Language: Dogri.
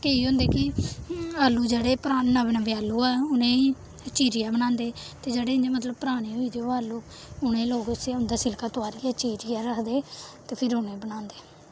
केईं होंदे कि आलू जेह्ड़े पराने नवें नवें आलू होऐ उ'नें ई चीरियै बनांदे ते जेह्ड़े इ'यां मतलब पराने होई दे ओह् आलू उ'नें लोक उसी उं'दा सिल्का तोआरियै चीरियै रखदे ते फिर उ'नें ई बनांदे